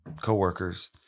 co-workers